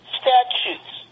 statutes